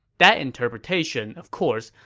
that interpretation, of course,